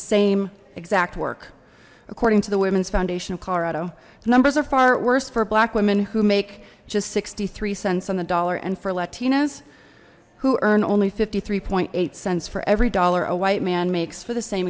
same exact work according to the women's foundation of colorado the numbers are far worse for black women who make just sixty three cents on the dollar and for latinas who earn only fifty three point eight cents for every dollar a white man makes for the same